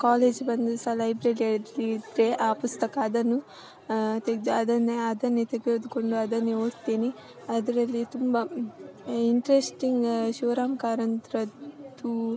college ಬಂದು ಸಹ ಲೈಬ್ರೆರಿಯಲ್ಲಿ ಇದ್ದರೆ ಆ ಪುಸ್ತಕ ಅದನ್ನು ತೆಗೆದು ಅದನ್ನೇ ಅದನ್ನೆ ತೆಗೆದುಕೊಂಡು ಅದನ್ನೇ ಓದ್ತೀನಿ ಅದರಲ್ಲಿ ತುಂಬ ಇಂಟ್ರೆಸ್ಟಿಂಗ್ ಶಿವರಾಮ್ ಕಾರಂತರದ್ದೂ